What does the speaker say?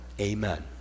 Amen